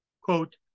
Quote